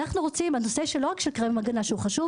אנחנו לא מדברים רק על נושא קרם ההגנה שהוא חשוב